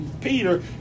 Peter